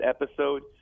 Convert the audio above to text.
episode